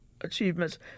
achievements